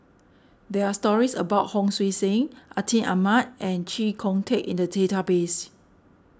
there are stories about Hon Sui Sen Atin Amat and Chee Kong Tet in the database